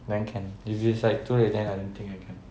then can if it's like too late then I don't think I can